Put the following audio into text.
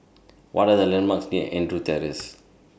What Are The landmarks near Andrews Terrace